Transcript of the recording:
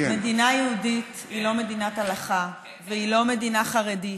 מדינה יהודית היא לא מדינת הלכה והיא לא מדינה חרדית.